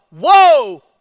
whoa